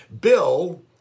Bill